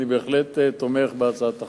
אני בהחלט תומך בהצעת החוק.